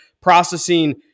processing